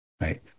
right